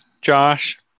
Josh